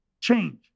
change